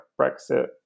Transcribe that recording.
Brexit